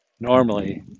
normally